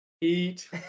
Eat